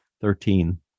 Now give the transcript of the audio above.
Thirteen